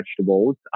vegetables